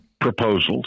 proposals